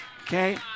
Okay